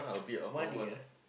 one day ah